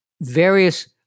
various